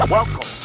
Welcome